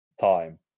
time